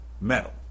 Metal